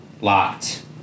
locked